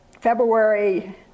February